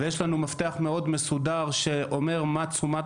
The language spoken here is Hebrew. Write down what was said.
ויש לנו מפתח מאוד מסודר שאומר מה תשומת